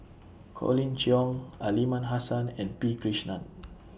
Colin Cheong Aliman Hassan and P Krishnan